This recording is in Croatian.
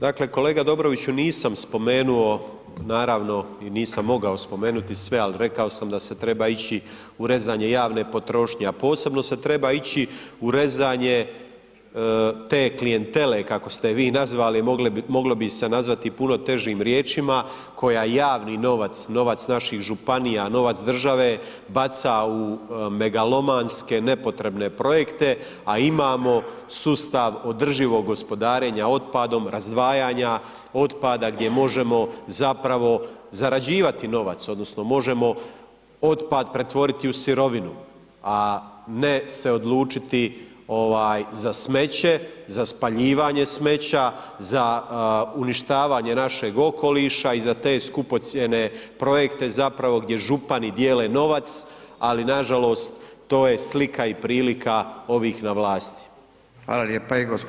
Dakle kolega Dobroviću nisam spomenuo naravno i nisam mogao spomenuti sve, ali rekao sam da se treba ići u rezanje javne potrošnje, a posebno se treba ići u rezanje te klijentele kako ste je vi nazvali, a moglo bi ih se nazvati puno težim riječima koja javni novac, novac naših županija, novac države baca u megalomanske nepotrebne projekte, a imamo sustav održivog gospodarenja otpadom, razdvajanja otpada gdje možemo zarađivati novac odnosno možemo otpad pretvoriti u sirovinu, a ne se odlučiti za smeće, za spaljivanje smeća, za uništavanje našeg okoliša i za te skupocjene projekte gdje župani dijele novac, ali nažalost to je slika i prilika ovih na vlasti.